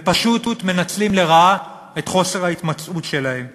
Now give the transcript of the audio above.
ופשוט מנצלים לרעה את חוסר ההתמצאות שלהם.